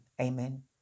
Amen